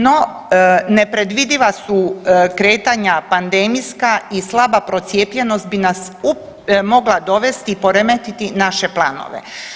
No, nepredvidiva su kretanja pandemijska i slaba procijepljenost bi nas mogla dovesti i poremetiti naše planove.